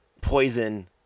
poison